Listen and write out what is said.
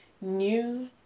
new